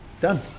Done